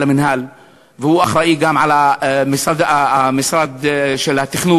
המינהל והוא אחראי גם על משרד התכנון.